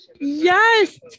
Yes